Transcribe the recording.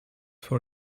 for